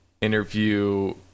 interview